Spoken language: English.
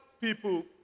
people